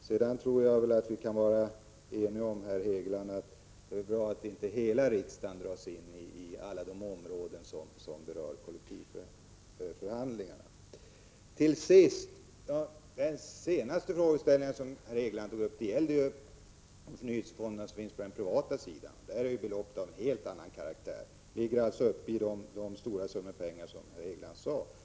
Sedan tror jag att herr Hegeland och jag kan vara eniga om att det är bra om inte hela riksdagen dras in på alla de områden som berör förhandlingarna om kollektivavtal. Den sista frågan som herr Hegeland tog upp gällde förnyelsefonderna på den privata sidan. Där handlar det ju om belopp av ett helt annat slag. Vi kommer alltså upp i de stora summor som herr Hegeland nämnde.